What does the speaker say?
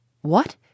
What